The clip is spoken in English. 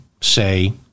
say